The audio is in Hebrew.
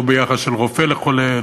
לא ביחס של רופא לחולה,